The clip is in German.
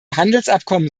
handelsabkommen